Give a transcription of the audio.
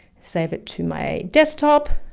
save it to my desktop.